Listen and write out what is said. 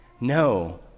no